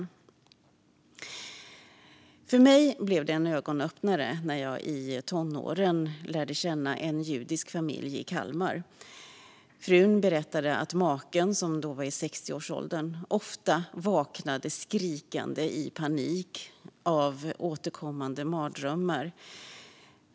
För mig blev det en ögonöppnare när jag i tonåren lärde känna en judisk familj i Kalmar. Frun berättade att maken, som då var i sextioårsåldern, ofta vaknade skrikande i panik av återkommande mardrömmar.